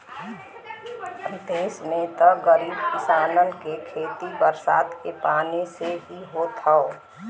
देस में त गरीब किसानन के खेती बरसात के पानी से ही होत हौ